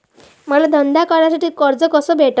मले धंदा करासाठी कर्ज कस भेटन?